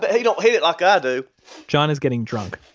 but he don't hit it like i do john is getting drunk.